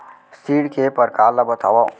ऋण के परकार ल बतावव?